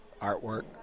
artwork